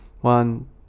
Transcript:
one